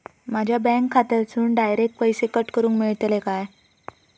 माझ्या बँक खात्यासून डायरेक्ट पैसे कट करूक मेलतले काय?